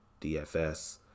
DFS